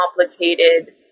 complicated